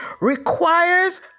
requires